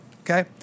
okay